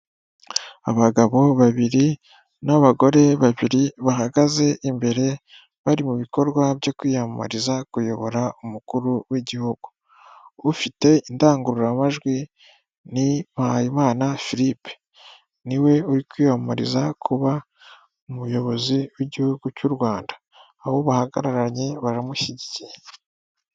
Abagabo babiri n'abagore babiri bahagaze imbere bari mu bikorwa byo kwiyamamariza kuyobora umukuru w'igihugu. Ufite indangururamajwi ni Mpayimana Philippe, niwe uri kwiyamamariza kuba umuyobozi w'igihugu cy'u Rwanda, abo bahagararanye baramushyigikiye.